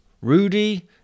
Rudy